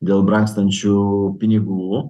dėl brangstančių pinigų